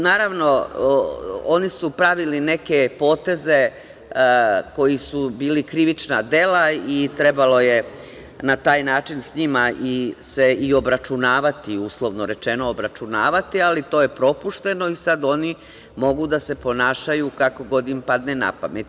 Naravno, oni su pravili neke poteze koji su bili krivična dela, i trebalo je na taj način s njima se obračunavati, uslovno rečeno obračunavati, ali to je propušteno i sad oni mogu da se ponašaju kako god im padne napamet.